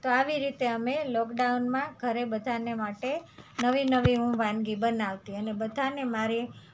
તો આવી રીતે અમે લોકડાઉનમાં ઘરે બધાને માટે નવી નવી હું વાનગી બનાવતી અને બધાને મારી